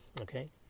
okay